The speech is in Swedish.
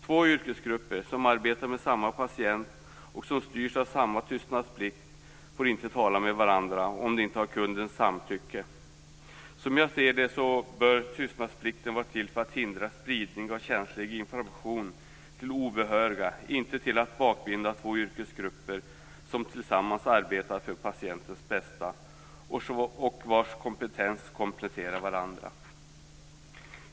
Två yrkesgrupper som arbetar med samma patient och som styrs av samma tystnadsplikt får inte tala med varandra om de inte har kundens samtycke. Som jag ser det bör tystnadsplikten vara till för att hindra spridning av känslig information till obehöriga, inte för att bakbinda två yrkesgrupper som tillsammans arbetar för patientens bästa och vilkas kompetenser kompletterar varandra.